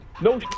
No